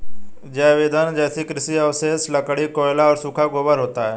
जैव ईंधन जैसे कृषि अवशेष, लकड़ी, कोयला और सूखा गोबर होता है